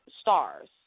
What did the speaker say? stars